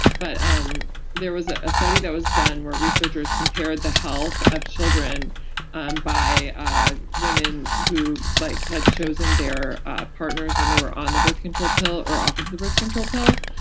but um there was ah a study that was done where researchers compared the health of children um by women who like had chosen their ah partners when they were on the birth control pill or off of the birth control pill.